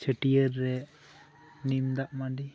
ᱪᱷᱟᱹᱴᱭᱟᱹᱨ ᱨᱮ ᱱᱤᱢ ᱫᱟᱜ ᱢᱟᱹᱰᱤ